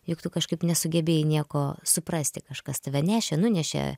juk tu kažkaip nesugebėjai nieko suprasti kažkas tave nešė nunešė